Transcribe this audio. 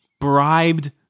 bribed